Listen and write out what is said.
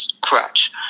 crutch